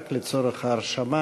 רק לצורך ההרשמה